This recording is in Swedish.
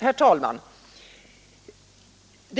Herr talman!